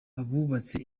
abubatse